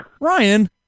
Ryan